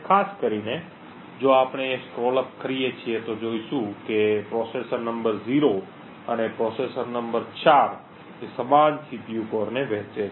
ખાસ કરીને જો આપણે સ્ક્રોલ અપ કરીએ છીએ તો જોઈશુ કે પ્રોસેસર નંબર 0 અને પ્રોસેસર નંબર 4 સમાન સીપીયુ કોરને વહેંચે છે